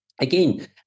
again